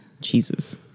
Jesus